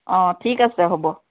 অ ঠিক আছে হ'ব